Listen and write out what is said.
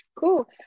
cool